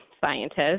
scientist